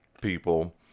people